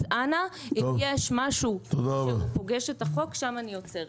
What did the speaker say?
אז אנא, אם יש משהו שפוגש את החוק שם אני עוצרת.